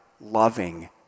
loving